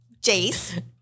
Jace